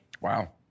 Wow